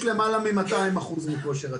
יש למעלה מ-200% מכושר הצריכה.